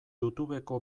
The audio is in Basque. youtubeko